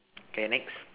okay next